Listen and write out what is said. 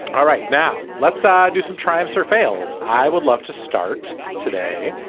all right now let's ah do some tribes or fails. i would love to start today.